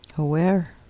Aware